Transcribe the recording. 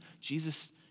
Jesus